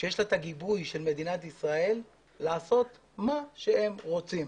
שיש לה את הגיבוי של מדינת ישראל לעשות מה שהם רוצים,